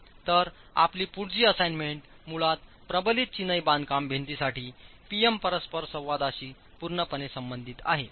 तर आपली पुढची असाइनमेंट मुळात प्रबलित चीनाई बांधकाम भिंतींसाठी पी एम परस्परसंवादाशी पूर्णपणे संबंधित आहे